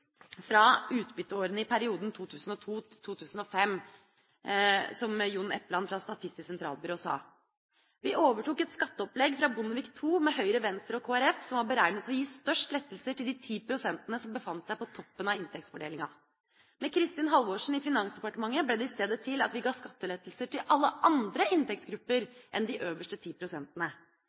perioden 2002–2005», som Jon Epland fra Statistisk sentralbyrå sa. Vi overtok et skatteopplegg fra Bondevik II, med Høyre, Venstre og Kristelig Folkeparti, som var beregnet å gi størst lettelser til de 10 pst. som befant seg på toppen av inntektsfordelinga. Med Kristin Halvorsen i Finansdepartementet ble det i stedet til at vi ga skattelettelser til alle andre inntektsgrupper enn de øverste